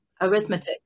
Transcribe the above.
arithmetic